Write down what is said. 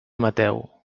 mateu